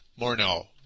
Morneau